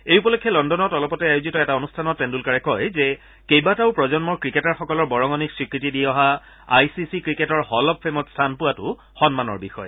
এই উপলক্ষে লণ্ডন অলপতে আয়োজিত এটা অনুষ্ঠানত তেণ্ডুলকাৰে কয় যে কেইবাটাও প্ৰজন্মৰ ক্ৰিকেটাৰসকলৰ বৰঙণি স্বীকৃতি দি অহা আই চি চি ক্ৰিকেটৰ হল অব ফেমত স্থান পোৱাটো সন্মানৰ বিষয়